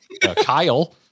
Kyle